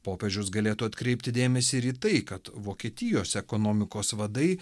popiežius galėtų atkreipti dėmesį ir į tai kad vokietijos ekonomikos vadai